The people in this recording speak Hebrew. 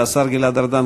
והשר גלעד ארדן,